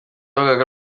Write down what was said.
w’urugaga